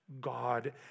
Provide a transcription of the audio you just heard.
God